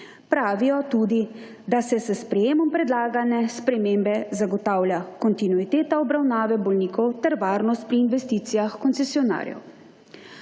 pravijo tudi, da se s sprjemom predlagane spremembe zagotavlja kontinuiteta obravnave bolnikov ter varnost pri investicijah koncesionarjev.